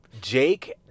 Jake